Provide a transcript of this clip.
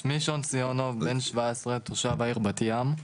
שמי שון סיאונוב, בן 17, תושב העיר בת ים,